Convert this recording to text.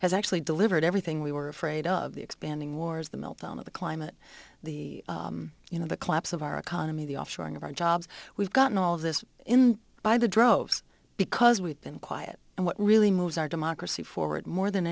has actually delivered everything we were afraid of the expanding wars the meltdown of the climate the you know the collapse of our economy the offshoring of our jobs we've gotten all of this by the droves because we've been quiet and what really moves our democracy forward more than